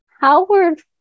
Howard